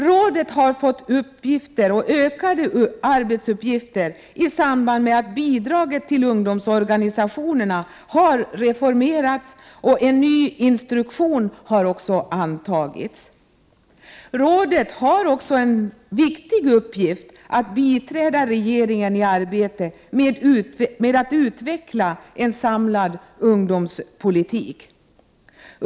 Rådet har fått utökade arbetsuppgifter i samband med att bidraget till ungdomsorganisationerna reformerats. En ny instruktion har också antagits. Rådet har också en viktig uppgift i att biträda regeringen i arbetet med att utveckla en samlad ungdomspolitik.